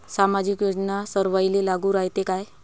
सामाजिक योजना सर्वाईले लागू रायते काय?